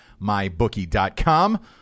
mybookie.com